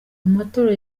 amatora